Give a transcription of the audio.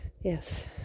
yes